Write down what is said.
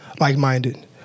Like-minded